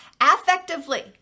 affectively